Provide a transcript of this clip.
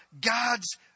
God's